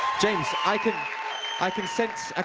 james, i can i can sense